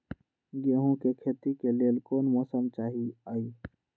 गेंहू के खेती के लेल कोन मौसम चाही अई?